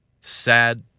Sad